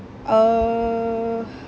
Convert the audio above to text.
err